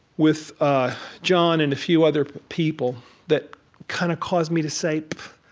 with ah jon and a few other people that kind of caused me to say,